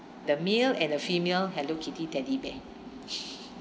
the male and the female hello kitty teddy bear